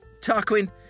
Tarquin